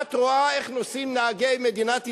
ואת רואה איך נוסעים נהגי מדינת ישראל,